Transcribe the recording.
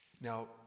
Now